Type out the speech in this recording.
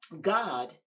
God